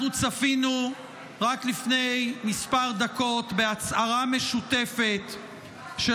אנחנו צפינו רק לפני כמה דקות בהצהרה משותפת של